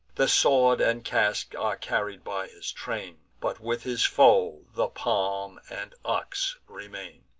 the sword and casque are carried by his train but with his foe the palm and ox remain.